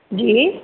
जी